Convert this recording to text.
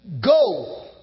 Go